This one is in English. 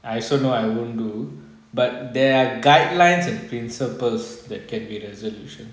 I so no I won't do but there are guidelines and principles that can be resolutions